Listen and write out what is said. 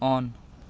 on